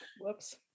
Whoops